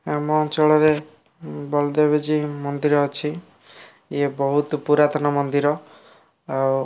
ଆମ ଅଞ୍ଚଳରେ ବଲଦେବଜୀ ମନ୍ଦିର ଅଛି ଇଏ ବହୁତ ପୁରାତନ ମନ୍ଦିର ଆଉ